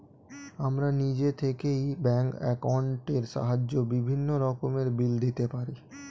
আমরা নিজে থেকেই ব্যাঙ্ক অ্যাকাউন্টের সাহায্যে বিভিন্ন রকমের বিল দিতে পারি